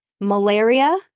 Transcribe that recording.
Malaria